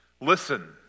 Listen